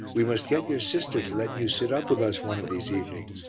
we must get your sister to let you sit up with us one of these evenings.